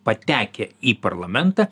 patekę į parlamentą